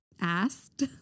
asked